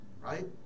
right